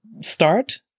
start